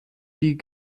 die